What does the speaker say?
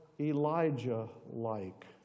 Elijah-like